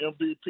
MVP